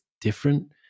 different